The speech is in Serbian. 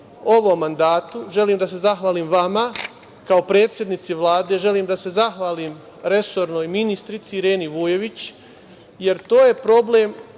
ovom mandatu, želim da se zahvalim vama kao predsednici Vlade, želim da se zahvalim resornoj ministarki Ireni Vujović, jer to je problem